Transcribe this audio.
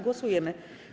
Głosujemy.